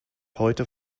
heute